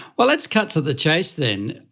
well, let's cut to the chase then.